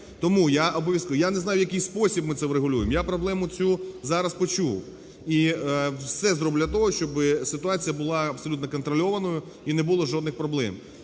Тому я обов'язково, я не знаю, в який спосіб ми це врегулюємо, я проблему цю зараз почув. І все зроблю для того, щоб ситуація була абсолютно контрольованою і не було жодних проблем.